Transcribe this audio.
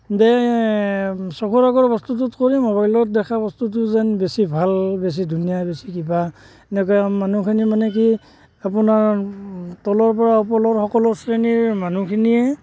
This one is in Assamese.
যে চকুৰ আগৰ বস্তুটোত কৰি মোবাইলত দেখা বস্তুটো যেন বেছি ভাল বেছি ধুনীয়া বেছি কিবা এনেকৈ মানুহখিনি মানে কি আপোনাৰ তলৰ পৰা ওপৰৰ সকলো শ্ৰেণীৰ মানুহখিনিয়ে